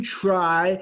try